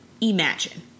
imagine